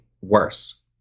worse